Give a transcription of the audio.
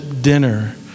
dinner